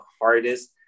hardest